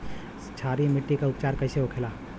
क्षारीय मिट्टी का उपचार कैसे होखे ला?